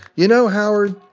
you know, howard,